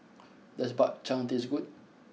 does Bak Chang taste good